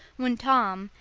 when tom,